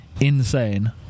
insane